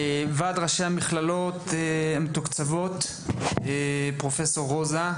נציגת ועד ראשי המכללות המתוקצבות, בבקשה.